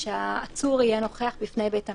ושהעצור יהיה נוכח בפני בית המשפט.